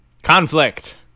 Conflict